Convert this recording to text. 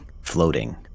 floating